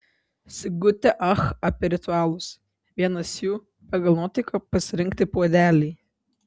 sigutė ach apie ritualus vienas jų pagal nuotaiką pasirinkti puodelį